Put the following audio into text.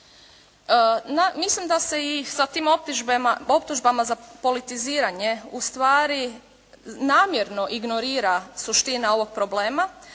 Mislim da se i sa tim optužbama za politiziranje ustvari namjerno ignorira suština ovog problema,